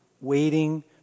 waiting